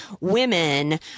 women